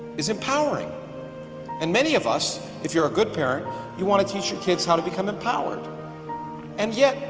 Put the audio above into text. is empowering and many of us if you're a good parent you want to teach your kids how to become empowered and yet,